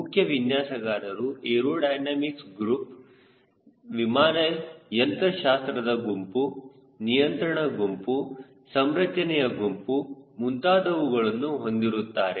ಮುಖ್ಯ ವಿನ್ಯಾಸಗಾರರು ಏರೋಡೈನಮಿಕ್ಸ್ ಗುಂಪು ವಿಮಾನ ಯಂತ್ರಶಾಸ್ತ್ರದ ಗುಂಪು ನಿಯಂತ್ರಣ ಗುಂಪು ಸಂರಚನೆಯ ಗುಂಪು ಮುಂತಾದವುಗಳು ಹೊಂದಿರುತ್ತಾರೆ